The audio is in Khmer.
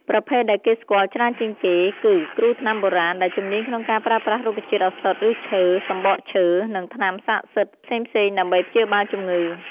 ប្រភេទដែលគេស្គាល់ច្រើនជាងគេគឺ គ្រូថ្នាំបុរាណ ដែលជំនាញក្នុងការប្រើប្រាស់រុក្ខជាតិឱសថ ឫសឈើ សំបកឈើ និងថ្នាំស័ក្តិសិទ្ធិផ្សេងៗដើម្បីព្យាបាលជំងឺ។